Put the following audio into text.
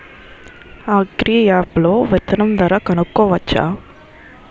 Agri app లో విత్తనం ధర కనుకోవచ్చా?